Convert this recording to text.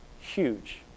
Huge